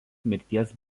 mirties